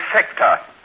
sector